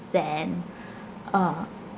zen uh